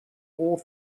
all